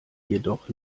jedoch